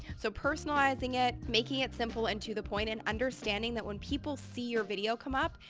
so personalizing it, making it simple and to the point, and understanding that when people see your video come up,